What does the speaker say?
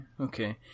okay